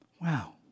Wow